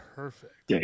perfect